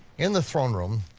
in the throne room,